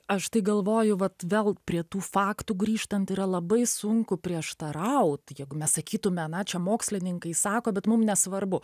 aš tai galvoju vat vėl prie tų faktų grįžtant yra labai sunku prieštaraut jeigu mes sakytume na čia mokslininkai sako bet mums nesvarbu